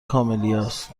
کاملیاست